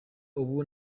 ubu